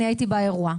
אני הייתי באירוע.